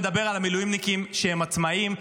מדברים על מילואימניקים שהם עצמאים,